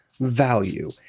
value